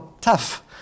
tough